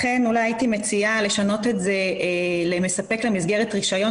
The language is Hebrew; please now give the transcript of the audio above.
לכן הייתי מציעה לשנות את זה ל"מספק למסגרת רישיון